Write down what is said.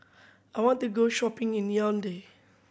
I want to go shopping in Yaounde